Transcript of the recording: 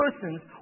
person's